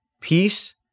peace